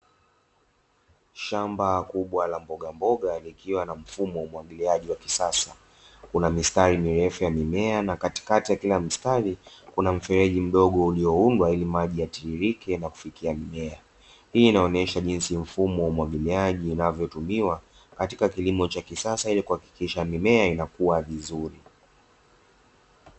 Shamba kubwa la mbogamboga likiwa na mfumo wa umwagiliaji wa kisasa, una mistari mirefu ya mimea na katikati ya kila mstari kuna mfereji mdogo ulioundwa ili maji yatiririke na kufikia mimea, hii inaonyesha jinsi mfumo wa umwagiliaji unavyotumiwa katika kilimo cha kisasa, ili kuhakikisha mimea inakua vizuri.